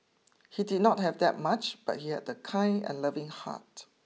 he did not have that much but he had a kind and loving heart